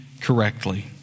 correctly